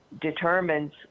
determines